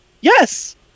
Yes